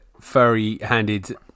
furry-handed